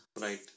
Right